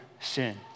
sin